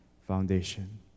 foundation